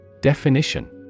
Definition